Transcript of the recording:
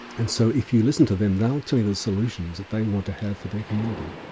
and so if you listen to them, they'll tell you the solutions that they want to have for their community.